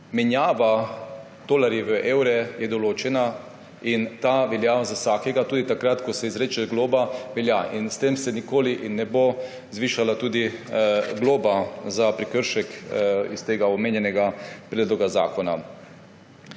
menjava tolarjev v evre določena in ta velja za vsakega, tudi takrat ko se izreče globa, velja, in s tem se nikoli in ne bo zvišala tudi globa za prekršek iz omenjenega predloga zakona.